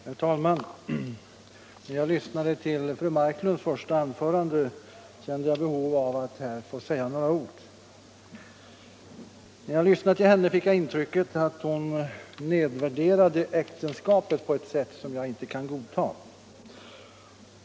Herr talman! När jag lyssnade till fru Marklunds första anförande kände jag behov av att få säga några ord. Jag fick intrycket att hon nedvärderade äktenskapet på ett sätt som jag inte kan godta.